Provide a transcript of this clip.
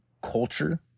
culture